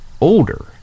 older